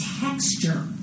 texture